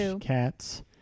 cats